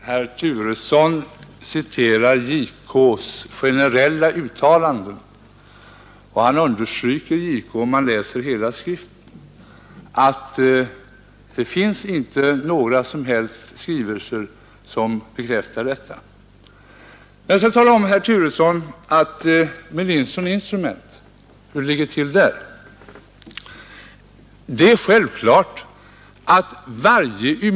Herr talman! Herr Turesson citerar JK:s generella uttalanden. Om man läser hela skriften skall man finna att JK understryker att det inte finns några som helst skrivelser som bekräftar detta. Jag skall tala om för herr Turesson hur det ligger till med Linson Instrument.